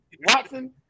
Watson